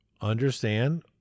understand